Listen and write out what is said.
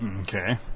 Okay